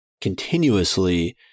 continuously